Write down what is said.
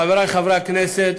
חברי חברי הכנסת,